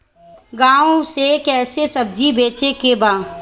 गांव से कैसे सब्जी बेचे के बा?